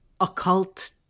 occult